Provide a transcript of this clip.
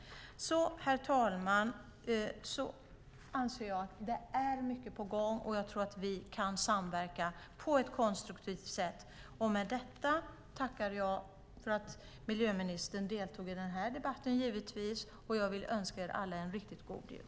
Herr talman! Jag anser att det är mycket på gång och tror att vi kan samverka på ett konstruktivt sätt. Med detta tackar jag miljöministern för att hon deltog i debatten och önskar er alla en riktigt god jul.